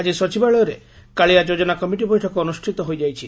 ଆଜି ସଚିବାଳୟରେ କାଳିଆ ଯୋଜନା କମିଟି ବୈଠକ ଅନୁଷ୍ଠିତ ହୋଇଯାଇଛି